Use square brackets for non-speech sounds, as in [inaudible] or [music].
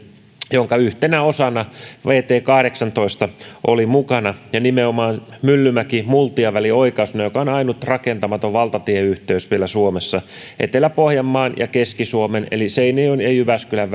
jonka yhtenä osana vt kahdeksantoista oli mukana ja nimenomaan myllymäki multia välin oikaisuna joka on ainut vielä rakentamaton valtatieyhteys suomessa etelä pohjanmaan ja keski suomen eli seinäjoen ja jyväskylän [unintelligible]